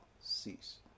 cease